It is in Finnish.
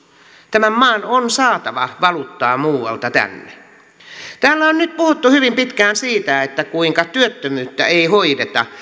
tämän maan on saatava valuuttaa muualta tänne täällä on nyt puhuttu hyvin pitkään siitä kuinka työttömyyttä ei hoideta